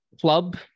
club